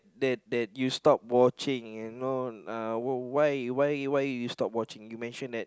that that you stopped watching you know uh why why why you stopped watching you mentioned that